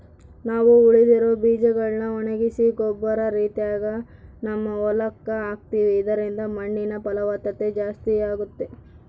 ನಾವು ಉಳಿದಿರೊ ಬೀಜಗಳ್ನ ಒಣಗಿಸಿ ಗೊಬ್ಬರ ರೀತಿಗ ನಮ್ಮ ಹೊಲಕ್ಕ ಹಾಕ್ತಿವಿ ಇದರಿಂದ ಮಣ್ಣಿನ ಫಲವತ್ತತೆ ಜಾಸ್ತಾಗುತ್ತೆ